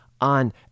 on